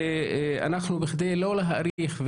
אנחנו בכדי לא להאריך,